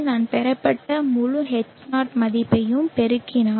நான் பெறப்பட்ட முழு H0 மதிப்பையும் பெருக்கினால்